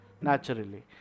naturally